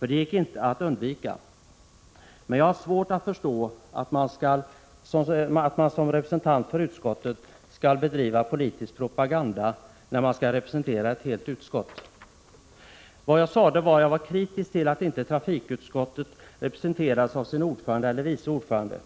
det gick inte att undvika — men jag har svårt att förstå att man bedriver politisk propaganda när man skall representera ett helt utskott. Vad jag sade var att jag var kritisk till att trafikutskottet inte representerades av sin ordförande eller vice ordförande.